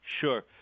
Sure